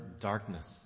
darkness